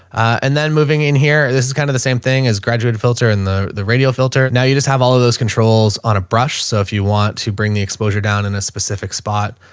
and then moving in here, this is kind of the same thing as graduated filter and the the radio filter. now you just have all of those controls on a brush. so if you want to bring the exposure down in a specific spot,